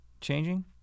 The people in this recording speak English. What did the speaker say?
changing